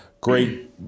Great